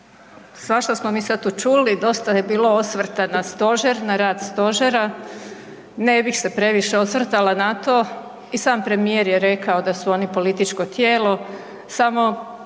Svašta smo mi sad to čuli, dosta je bilo osvrta na stožer, na rad stožera, ne bih se previše osvrtala na to i sam premijer je rekao da su oni političko tijelo.